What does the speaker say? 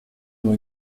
nur